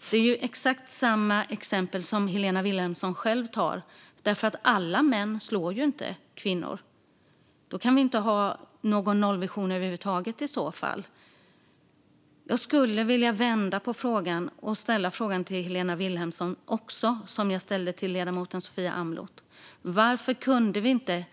Men det är ju exakt samma exempel som Helena Vilhelmsson själv tar upp, för alla män slår inte kvinnor. I så fall kan vi inte ha någon nollvision över huvud taget. Jag skulle vilja vända på frågan och ställa samma fråga till Helena Vilhelmsson som jag ställde till ledamoten Sofia Amloh: Varför kunde vi inte